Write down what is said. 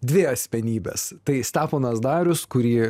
dvi asmenybes tai steponas darius kurį